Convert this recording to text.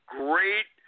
great